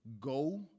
Go